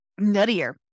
nuttier